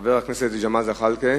חבר הכנסת ג'מאל זחאלקה?